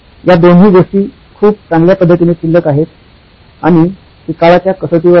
या दोन्ही गोष्टी खूप चांगल्या पद्धतीने शिल्लक आहेत आणि ती काळाच्या कसोटीवर आहे